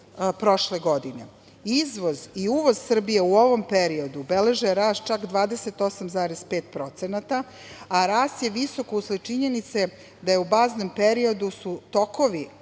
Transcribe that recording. prošle godine. Izvoz i uvoz Srbije u ovom periodu beleže rast čak 28,5%, a rast je visok usled činjenice da su u baznom periodu tokovi,